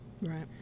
Right